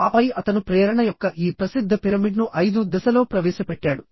ఆపై అతను ప్రేరణ యొక్క ఈ ప్రసిద్ధ పిరమిడ్ను 5 దశలో ప్రవేశపెట్టాడు